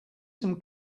some